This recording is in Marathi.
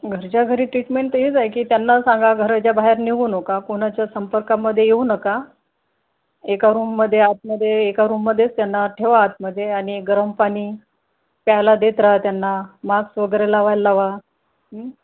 घरच्या घरी ट्रीटमेंट तर हीच आहे की त्यांना सांगा घराच्या बाहेर निघू नका कोणाच्या संपर्कामध्ये येऊ नका एका रूममध्ये आतमध्ये एका रूममध्येच त्यांना ठेवा आतमध्ये आणि गरम पाणी प्यायला देत राहा त्यांना मास्क वगैरे लावायला लावा